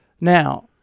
Now